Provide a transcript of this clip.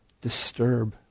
disturb